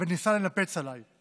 וניסה לנפץ עליי.